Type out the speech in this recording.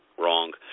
wrong